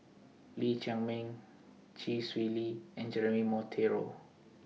Lee Chiaw Meng Chee Swee Lee and Jeremy Monteiro